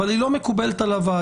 היא לא מקובלת על הוועדה.